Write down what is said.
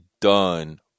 done